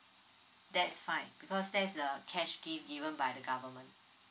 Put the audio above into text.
that's fine because that's cash gift given by the government